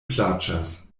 plaĉas